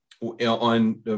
on